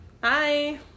Bye